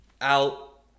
out